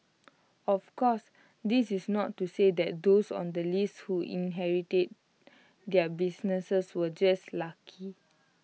of course this is not to say that those on the list who inherited their businesses were just lucky